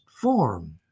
form